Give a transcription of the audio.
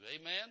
Amen